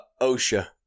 Osha